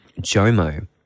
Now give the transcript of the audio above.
Jomo